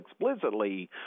explicitly